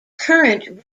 current